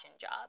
job